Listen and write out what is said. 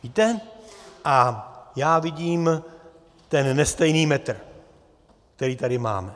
Víte, a já vidím ten nestejný metr, který tady máme.